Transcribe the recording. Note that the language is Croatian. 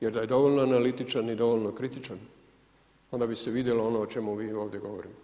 Jer da je dovoljno analitičan i dovoljno kritičan, onda bi se vidjelo ono o čemu mi ovdje govorimo.